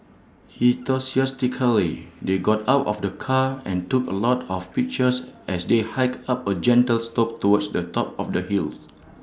enthusiastically they got out of the car and took A lot of pictures as they hiked up A gentle slope towards the top of the hills